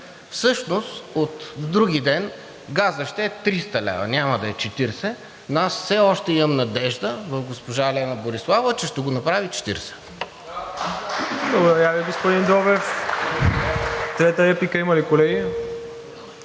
Всъщност от други ден газът ще е 300 лв., няма да е 40, но аз все още имам надежда в госпожа Лена Бориславова, че ще го направи 40.